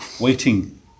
waiting